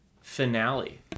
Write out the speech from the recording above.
Finale